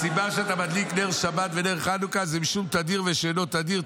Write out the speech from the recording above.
הסיבה שאתה מדליק נר שבת ונר חנוכה זה משום תדיר ושאינו תדיר,